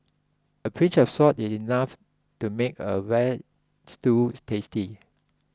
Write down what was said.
a pinch of salt is enough to make a Veal Stew tasty